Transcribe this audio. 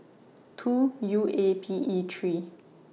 two U A P E three